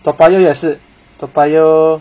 toa payoh 也是 toa payoh